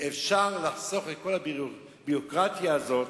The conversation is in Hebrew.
אפשר לחסוך את כל הביורוקרטיה הזאת,